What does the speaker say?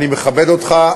אני מכבד אותך,